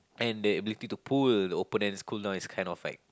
and the ability to pull the oppenent's cool down is kind of like